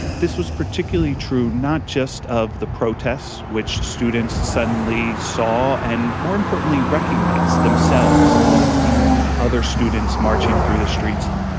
this was particularly true not just of the protests which students suddenly saw and more importantly recognised themselves in other students marching through the streets,